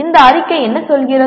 இந்த அறிக்கை என்ன சொல்கிறது